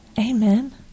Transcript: amen